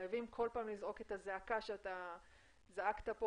חייבים כל פעם לזעוק את הזעקה שזעקת פה